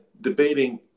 debating